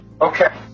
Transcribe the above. okay